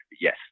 yes